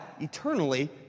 eternally